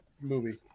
movie